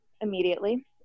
immediately